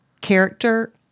character